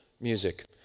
music